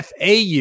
FAU